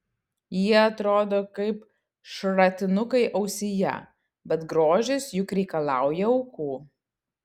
jie atrodo kaip šratinukai ausyje bet grožis juk reikalauja aukų